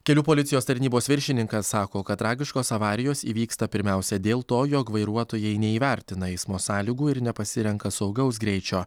kelių policijos tarnybos viršininkas sako kad tragiškos avarijos įvyksta pirmiausia dėl to jog vairuotojai neįvertina eismo sąlygų ir nepasirenka saugaus greičio